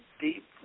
deep